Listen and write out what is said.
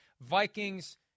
Vikings